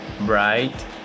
Bright